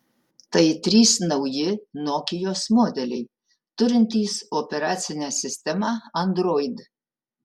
tai trys nauji nokios modeliai turintys operacinę sistemą android